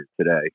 today